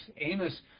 Amos